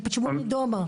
שיגיעו בחצי השנה הקרובה,